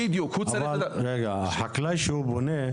אבל חקלאי שהוא פונה,